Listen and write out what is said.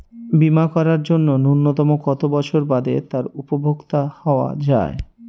বীমা করার জন্য ন্যুনতম কত বছর বাদে তার উপভোক্তা হওয়া য়ায়?